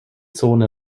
zone